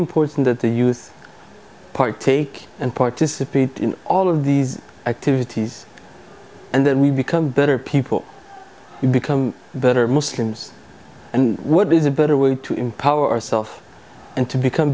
important that the youth partake and participate in all of these activities and then we become better people become better muslims and what is a better way to empower ourselves and to become